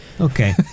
Okay